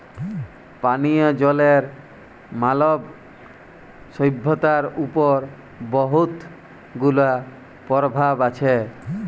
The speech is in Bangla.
পানীয় জলের মালব সইভ্যতার উপর বহুত গুলা পরভাব আছে